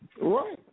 Right